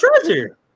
treasure